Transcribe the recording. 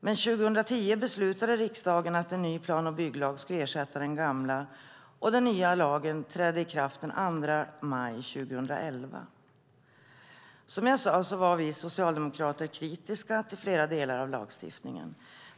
Men 2010 beslutade riksdagen att en ny plan och bygglag skulle ersätta den gamla, och den nya lagen trädde i kraft den 2 maj 2011. Som jag sade var vi socialdemokrater kritiska till flera delar av lagstiftningen.